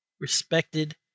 respected